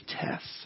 tests